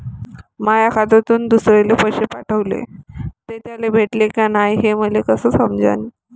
माया खात्यातून दुसऱ्याले पैसे पाठवले, ते त्याले भेटले का नाय हे मले कस समजन?